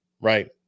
Right